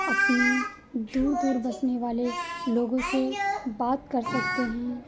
अपनी दूर दूर बसने वाले लोगों से बात कर सकते हैं